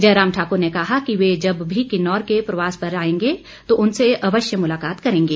जयराम ठाकुर ने कहा कि वे जब भी किन्नौर के प्रवास पर आएंगे तो उनसे अवश्य मुलाकात करेंगे